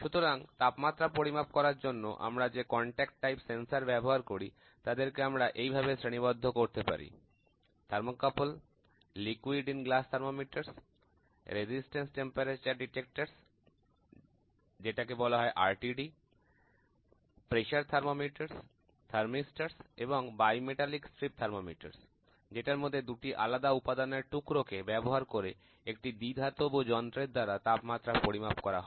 সুতরাং তাপমাত্রা পরিমাপ করার জন্য আমরা যে কন্টাক্ট টাইপ সেন্সর ব্যবহার করি তাদেরকে আমরা এইভাবে শ্রেণীবদ্ধ করতে পারি thermocouple liquid in glass thermometer resistance temperature detector pressure thermometer thermistor এবং বাই মেটালিক স্ট্রিপ থার্মোমিটার যেটার মধ্যে দুটি আলাদা উপাদানের টুকরো কে ব্যবহার করে একটি দ্বিধাতব যন্ত্রের দ্বারা তাপমাত্রা পরিমাপ করা হয়